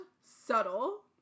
subtle